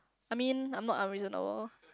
I mean I'm not unreasonable